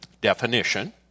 definition